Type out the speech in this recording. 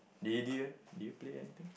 did you did you did you play anything